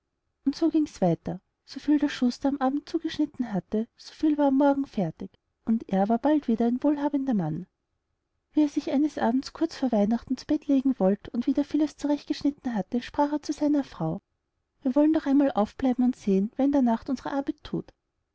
und so gings weiter so viel der schuster am abend zugeschnitten hatte so viel war am morgen fertig und er war bald wieder ein wohlhabender mann wie er sich eines abends kurz vor weihnachten zu bett legen wollt und wieder vieles zurecht geschnitten hatte sprach er zu seiner frau wir wollen doch einmal aufbleiben und sehen wer in der nacht unsere arbeit thut